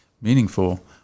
Meaningful